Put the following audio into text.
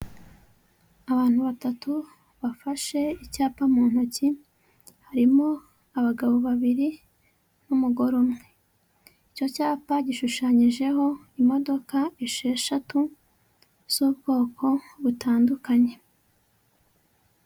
Abantu batatu bafashe icyapa mu ntoki, harimo abagabo babiri n'umugore umwe. Icyo cyapa gishushanyijeho imodoka esheshatu z'ubwoko butandukanye.